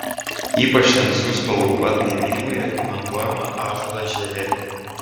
ypač tamsių spalvų atgaivinimui rekomenduojama ąžuolo žievė